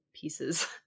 pieces